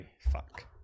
Fuck